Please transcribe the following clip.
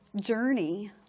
journey